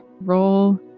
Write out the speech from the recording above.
roll